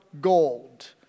gold